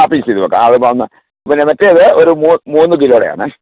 ആ പിസ് ചെയ്ത് വെയ്ക്കാം അത് പിന്നെ മറ്റേ ഒരു മൂന്ന് കിലോടെ ആണേ